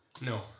No